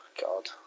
God